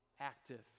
Active